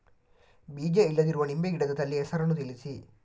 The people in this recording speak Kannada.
ಬೀಜ ಇಲ್ಲದಿರುವ ನಿಂಬೆ ಗಿಡದ ತಳಿಯ ಹೆಸರನ್ನು ತಿಳಿಸಿ?